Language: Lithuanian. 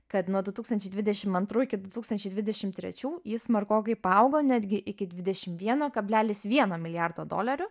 kad nuo du tūkstančiai dvidešim antrų iki du tūkstančiai dvidešim trečių jis smarkokai paaugo netgi iki dvidešim vieno kablelis vieno milijardo dolerių